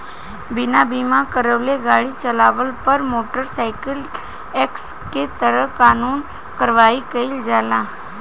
बिना बीमा करावले गाड़ी चालावला पर मोटर साइकिल एक्ट के तहत कानूनी कार्रवाई कईल जाला